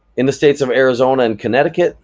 in the states of arizona and connecticut,